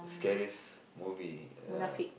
scariest movie ah